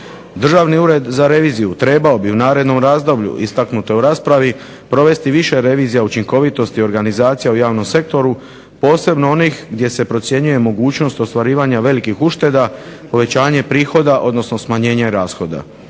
Državni ured za reviziju trebao bi u narednom razdoblju istaknuto je u raspravi provesti više revizija učinkovitosti i organizacija u javnom sektoru, posebno onih gdje se procjenjuje mogućnost ostvarivanja velikih ušteda, povećanje prihoda odnosno smanjenje rashoda.